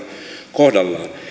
kohdallaan